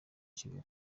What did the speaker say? kigali